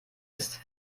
ist